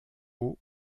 haut